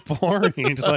boring